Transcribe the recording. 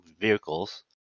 vehicles